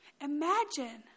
Imagine